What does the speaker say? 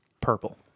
purple